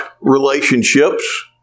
relationships